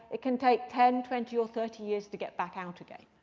it can take ten, twenty, or thirty years to get back out again.